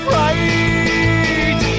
right